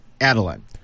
Adeline